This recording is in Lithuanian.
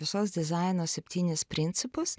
visos dizaino septynis principus